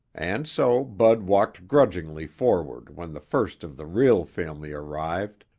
and so bud walked grudgingly forward when the first of the real family arrived,